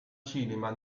cinema